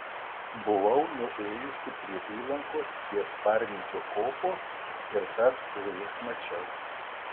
buvau nuėjusi prie įlankos ties parnidžio kopos ir tas žuvis mačiau